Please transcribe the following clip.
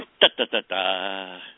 Da-da-da-da